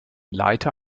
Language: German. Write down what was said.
leiter